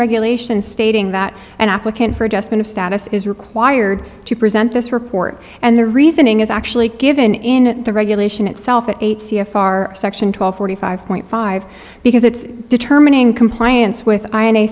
regulations stating that an applicant for adjustment of status is required to present this report and the reasoning is actually given in the regulation itself eight c f r section twelve forty five point five because it's determining compliance with